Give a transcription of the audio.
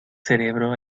cerebro